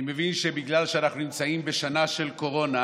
אני מבין שבגלל שאנחנו נמצאים בשנה של קורונה